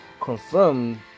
Confirmed